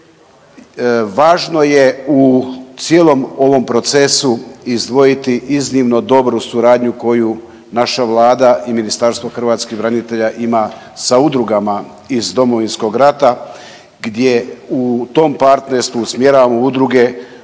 Važno je u cijelom ovom procesu izdvojiti iznimno dobru suradnju koju naša Vlada i Ministarstvo hrvatskih branitelja ima sa udrugama iz Domovinskog rata gdje u tom partnerstvu usmjeravamo udruge